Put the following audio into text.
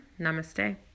Namaste